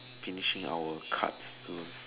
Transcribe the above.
finishing our cards soon